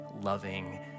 loving